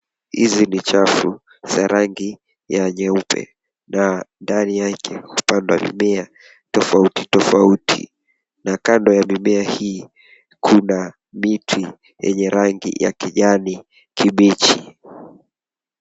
Hizi ni chafu za rangi ya jeupe na ndani yake labda ni mimea tafauti tafauti na kando ya mimea hii kuna miti enye rangi ya kijani kibichi.